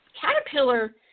caterpillar